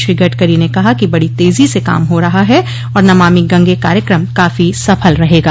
श्री गडकरी ने कहा कि बड़ी तेजी से काम हो रहा है और नमामि गंगे कार्यक्रम काफी सफल रहेगा